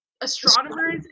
astronomers